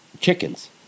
chickens